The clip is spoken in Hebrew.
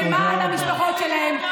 למען המשפחות שלהם,